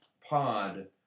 pod